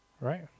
right